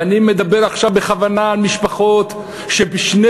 ואני מדבר עכשיו בכוונה על משפחות ששני